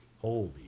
Holy